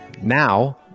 Now